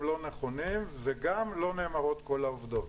לא נכונים וגם לא נאמרות כל העובדות.